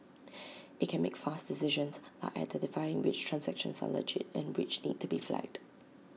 IT can make fast decisions like identifying which transactions are legit and which need to be flagged